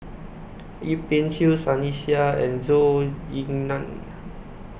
Yip Pin Xiu Sunny Sia and Zhou Ying NAN